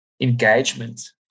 engagement